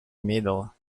middle